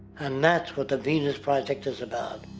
and that's what the venus project is about.